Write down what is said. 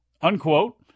unquote